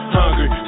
hungry